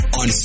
on